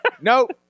Nope